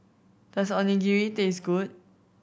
does Onigiri taste good